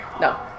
No